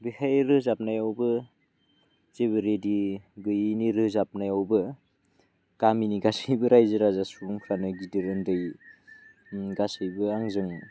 बेहाय रोजाबनायावबो जेबो रिडि गैयिनि रोजाबनायावबो गामिनि गासैबो रायजो राजा सुबुंफ्रा माने गिदिर उन्दै गासैबो आंजों